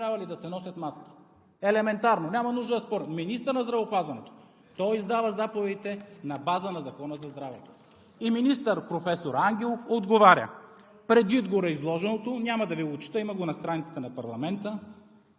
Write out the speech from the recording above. трябва ли да се носят маски? Елементарно, няма нужда да спорим, министър на здравеопазването. Той издава заповедите на база на Закона за здравето. И министър професор Ангелов отговаря: „Предвид гореизложеното – няма да Ви го чета, има го на страницата на парламента